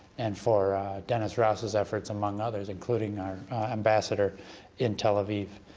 and for dennis rouse's efforts, among others, including our ambassador in tel aviv.